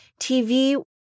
TV